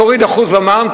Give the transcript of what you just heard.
תוריד 1% במע"מ,